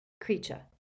Creature